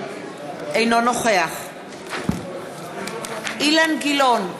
אינו נוכח אילן גילאון,